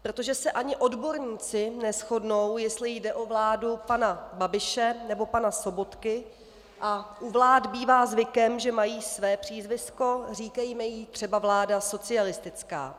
Protože se ani odborníci neshodnou, jestli jde o vládu pana Babiše, nebo pana Sobotky, a u vlád bývá zvykem, že mají své přízvisko, říkejme jí třeba vláda socialistická.